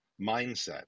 mindset